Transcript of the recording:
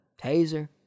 Taser